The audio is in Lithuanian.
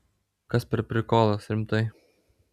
kas per prikolas rimtai